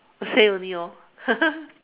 say only orh